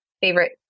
favorite